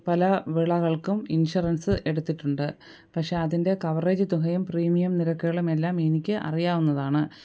പല വിളകൾക്കും ഇൻഷുറൻസ് എടുത്തിട്ടുണ്ട് പക്ഷേ അതിൻ്റെ കവറേജ് തുകയും പ്രീമിയം നിരക്കുകളും എല്ലാം എനിക്ക് അറിയാവുന്നതാണ്